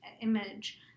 image